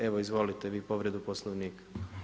Evo izvolite vi povredu Poslovnika.